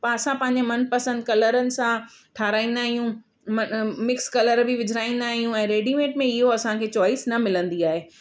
पाण असां पंहिंजे मन पसंदि कलरनि सां ठाहिराईंदा आहियूं म मिक्स कलर बि विझराईंदा आहियूं ऐं रेडीमेड में इहो असांखे चॉइस न मिलंदी आहे